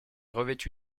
revêtu